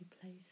place